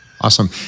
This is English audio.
Awesome